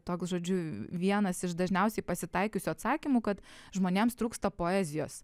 toks žodžiu vienas iš dažniausiai pasitaikiusių atsakymų kad žmonėms trūksta poezijos